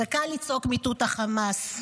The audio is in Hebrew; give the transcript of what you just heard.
קל לצעוק "מיטוט חמאס"